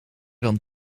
dan